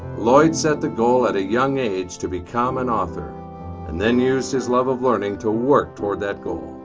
lloyd set the goal at a young age to become an author and then used his love of learning to work toward that goal.